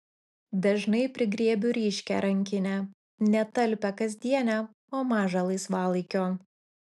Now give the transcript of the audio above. dažnai prigriebiu ryškią rankinę ne talpią kasdienę o mažą laisvalaikio